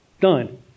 Done